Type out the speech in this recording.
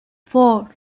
four